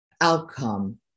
outcome